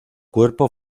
cuerpo